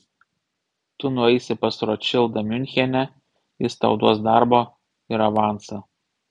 tu nueisi pas rotšildą miunchene jis tau duos darbo ir avansą